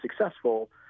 successful